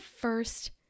first